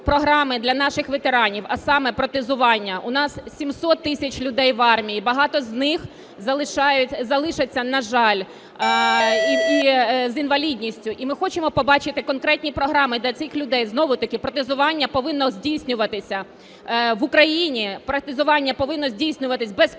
програми для наших ветеранів, а саме протезування. У нас 700 тисяч людей в армії, багато з них залишаться, на жаль, з інвалідністю. І ми хочемо побачити конкретні програми для цих людей. Знову таки протезування повинно здійснюватися в Україні, протезування повинно здійснюватися без корупції.